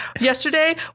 Yesterday